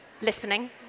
Listening